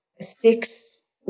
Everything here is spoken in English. six